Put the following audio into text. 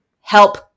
help